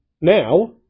now